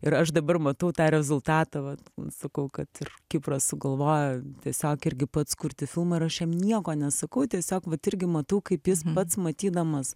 ir aš dabar matau tą rezultatą va sakau kad ir kipras sugalvojo tiesiog irgi pats kurti filmą ir aš jam nieko nesakau tiesiog vat irgi matau kaip jis pats matydamas